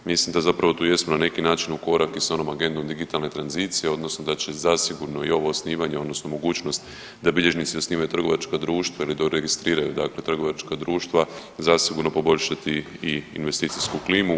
Mislim da tu zapravo jesmo na neki način u korak i sa onom agendom digitalne tranzicije, odnosno da će zasigurno i ovo osnivanje, odnosno mogućnost da bilježnici osnivaju trgovačka društva ili doregistriraju trgovačka društva zasigurno poboljšati i investicijsku klimu.